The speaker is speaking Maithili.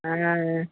आँए